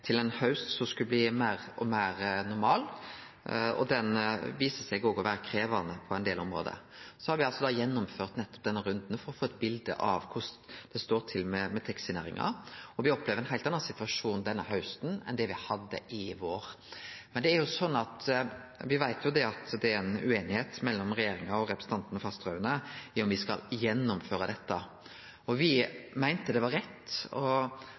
til ein haust som skulle bli meir og meir normal, ein haust som viser seg å vere krevjande på ein del område. Så har me gjennomført nettopp denne runden for å få eit bilde av korleis det står til med taxinæringa, og me opplever ein heilt annan situasjon denne hausten enn me hadde i vår. Men me veit jo at det er ei ueinigheit mellom regjeringa og representanten Fasteraune med tanke på om me skal gjennomføre dette. Me meinte det var rett å kome med ei utsetjing, ikkje minst i lys av at både Statens vegvesen og